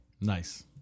Nice